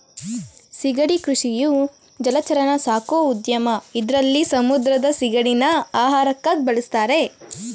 ಸಿಗಡಿ ಕೃಷಿಯು ಜಲಚರನ ಸಾಕೋ ಉದ್ಯಮ ಇದ್ರಲ್ಲಿ ಸಮುದ್ರದ ಸಿಗಡಿನ ಆಹಾರಕ್ಕಾಗ್ ಬಳುಸ್ತಾರೆ